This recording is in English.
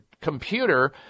computer